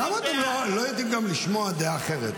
למה אתם לא יודעים גם לשמוע דעה אחרת?